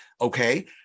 okay